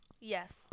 Yes